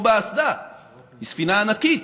היא ספינה ענקית,